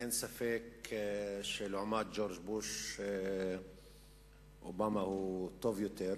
אין ספק שלעומת ג'ורג' בוש, אובמה הוא טוב יותר.